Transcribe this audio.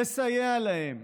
לסייע להם,